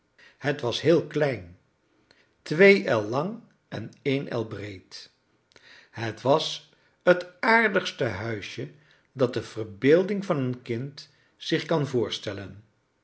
het was heel klein twee el lang en een el breed het was het aardigste huisje dat de verbeelding van een kind zich kan voorstellen